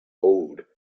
old